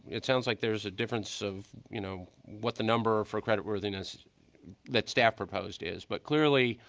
it sounds like there was a difference of you know what the number for credit worthiness that staff proposed is, but clearly,